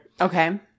Okay